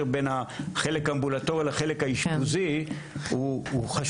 בין החלק האמבולטורי לחלק האשפוזי הוא חשוב.